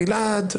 גלעד,